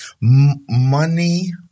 Money